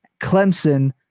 Clemson